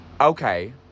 Okay